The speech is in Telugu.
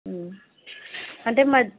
అంటే